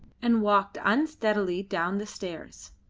and walked unsteadily down the stairs.